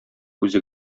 үзе